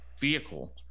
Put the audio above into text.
vehicle